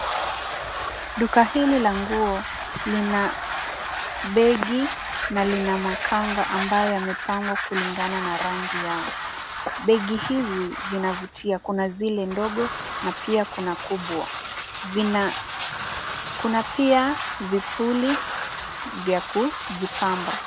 Duka hili la nguo lina begi na lina makanga ambayo yamepangwa kulingana na rangi yao. Begi hizi zinavutia. Kuna zile ndogo na pia kuna kubwa. Kuna pia vipuli vya kujipamba.